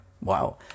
Wow